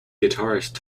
guitarist